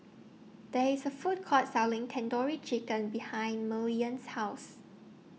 There IS A Food Court Selling Tandoori Chicken behind Maryellen's House